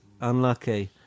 Unlucky